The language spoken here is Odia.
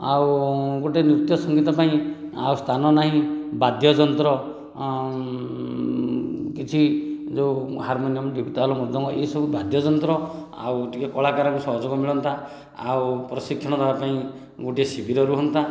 ଆଉ ଗୋଟେ ନୃତ୍ୟ ସଙ୍ଗୀତ ପାଇଁ ଆଉ ସ୍ଥାନ ନାହିଁ ବାଦ୍ୟଯନ୍ତ୍ର କିଛି ଯେଉଁ ହାର୍ମୋନିଅମ ମୃଦଙ୍ଗ ଏସବୁ ବାଦ୍ୟଯନ୍ତ୍ର ଆଉ ଟିକେ କଳାକାରଙ୍କ ସହଯୋଗ ମିଳନ୍ତା ଆଉ ପ୍ରଶିକ୍ଷଣ ଦବା ପାଇଁ ଗୋଟେ ଶିବିର ରୁହନ୍ତା